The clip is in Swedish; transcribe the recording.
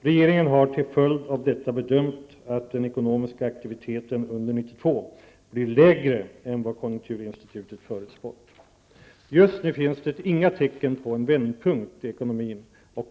Regeringen har till följd av detta bedömt att den ekonomiska aktiviteten under 1992 blir lägre än vad konjunkturinstitutet förutspått. Just nu finns det inga tecken på en vändpunkt i ekonomin.